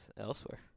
elsewhere